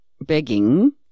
begging